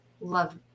love